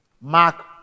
Mark